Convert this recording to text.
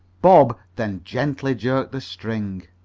bob then gently jerked the string.